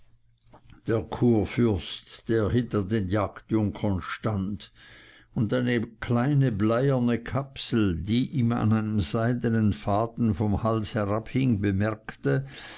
der kurfürst der hinter den jagdjunkern stand und eine kleine bleierne kapsel die ihm an einem seidenen faden vom hals herabhing bemerkte